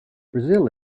brazil